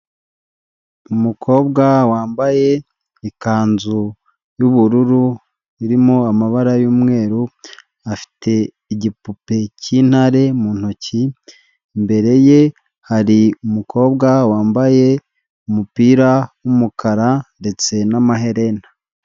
Umukobwa wambaye ikanzu y'ubururu irimo amabara y'umweru, afite igipupe cy'intare mu ntoki, imbere ye hari umukobwa wambaye umupira w'umukara ndetse n'amaherena.